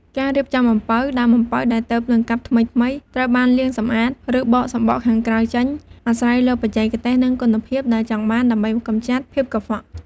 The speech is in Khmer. ការរៀបចំអំពៅ ដើមអំពៅដែលទើបនឹងកាប់ថ្មីៗ ត្រូវបានលាងសម្អាត ឬបកសម្បកខាងក្រៅចេញ អាស្រ័យលើបច្ចេកទេស និងគុណភាពដែលចង់បាន ដើម្បីកម្ចាត់ភាពកខ្វក់។